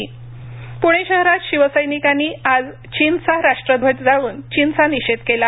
प्णे शहरात शिवसैनिकांनी आज चीनचा राष्ट्रध्वज् जाळून चीनचा निषेध केला